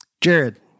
Jared